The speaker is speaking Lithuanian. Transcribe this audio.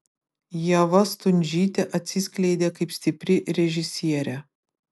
ieva stundžytė atsiskleidė kaip stipri režisierė